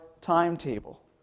timetable